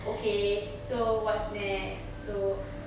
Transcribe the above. okay so what's next so